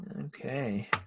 Okay